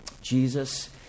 Jesus